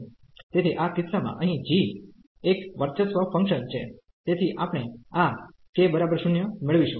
તેથી આ કિસ્સામાં અહીં g એક વર્ચસ્વ ફંકશન છે તેથી આપણે આ k 0 મેળવીશું